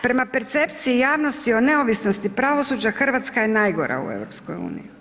Prema percepciji javnosti o neovisnosti pravosuđa Hrvatska je najgora u EU.